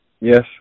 Yes